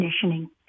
conditioning